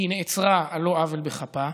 היא נעצרה על לא עוול בכפה,